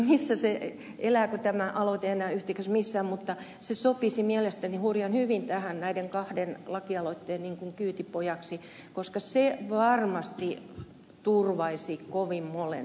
minä en tiedä elääkö tämä aloite enää yhtikäs missään mutta se sopisi mielestäni hurjan hyvin tähän näiden kahden lakialoitteen kyytipojaksi koska se varmasti turvaisi kovin monen asian